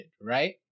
right